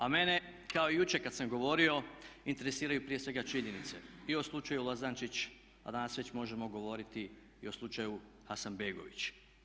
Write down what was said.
A mene kao i jučer kada sam govorio interesiraju prije svega činjenice i o slučaju Lozančić a danas već možemo govoriti i o slučaju Hasanbegović.